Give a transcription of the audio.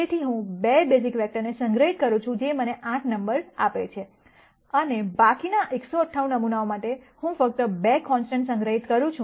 તેથી હું 2 basic vector સંગ્રહિત કરું છું જે મને 8 નમ્બર્સ આપે છે અને પછી બાકીના 198 નમૂનાઓ માટે હું ફક્ત 2 કોન્સ્ટન્ટ્સ સંગ્રહિત કરું છું